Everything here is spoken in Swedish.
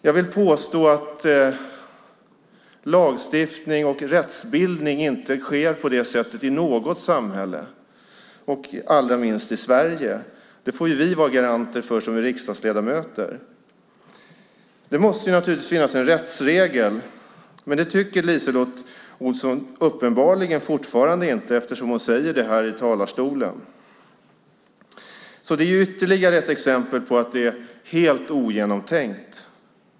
Jag vill påstå att lagstiftning och rättsbildning inte sker på det sättet i något samhälle och allra minst i Sverige. Det får vi riksdagsledamöter vara garanter för. Det måste naturligtvis finnas en rättsregel, men det tycker LiseLotte Olsson uppenbarligen fortfarande inte, att döma av det hon säger i talarstolen. Det är ytterligare ett exempel på att det är helt ogenomtänkt.